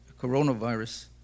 coronavirus